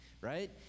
right